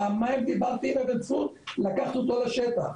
פעמיים דיברתי עם אבן צור, לקחתי אותו לשטח.